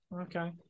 Okay